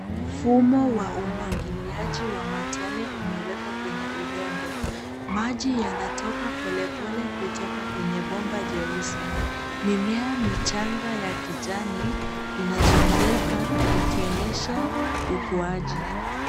Mfumo wa umwagiliaji wa matone umewekwa kwenye udongo. Maji yanatoka pole pole kutoka kwenye bomba jeusi. Mimea michanga ya kijani inazunguka ikionyesha ukuaji.